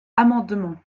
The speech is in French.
amendement